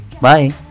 Bye